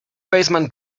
baseman